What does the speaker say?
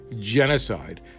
genocide